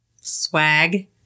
Swag